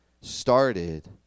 started